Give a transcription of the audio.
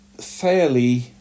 fairly